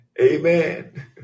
amen